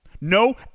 No